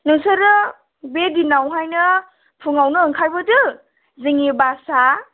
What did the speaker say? नोंसोरो बे दिनावहायनो फुङावनो ओंखारबोदो जोंनि बासआ